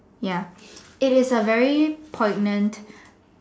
ya it is a very poignant